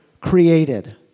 created